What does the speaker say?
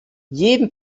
jeden